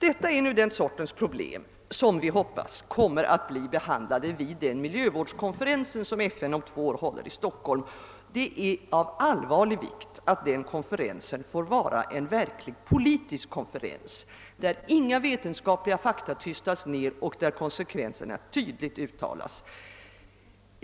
Detta är den sorts problem som man hoppas kommer att bli behandlade vid den miljövårdskonferens som FN om två år håller i Stockholm. Det är av största vikt att den konferensen får bli en verkligt politisk konferens, där inga vetenskapliga fakta tystas och där konsekvenserna tydligt uttalas.